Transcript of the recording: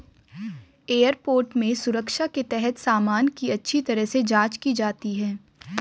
airport में सुरक्षा के तहत सामान की अच्छी तरह से जांच की जाती है